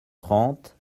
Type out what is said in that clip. trente